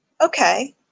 okay